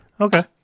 Okay